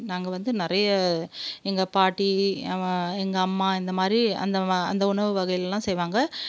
நாங்கள் வந்து நிறைய எங்கள் பாட்டி எங்கள் அம்மா இந்தமாதிரி அந்த அந்த உணவு வகைகள்லாம் செய்வாங்க